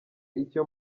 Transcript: icyo